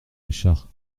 richard